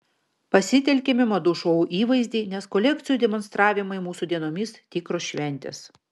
pasitelkėme madų šou įvaizdį nes kolekcijų demonstravimai mūsų dienomis tikros šventės